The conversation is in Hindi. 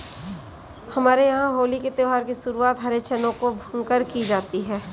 हमारे यहां होली के त्यौहार की शुरुआत हरे चनों को भूनकर की जाती है